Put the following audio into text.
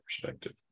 perspective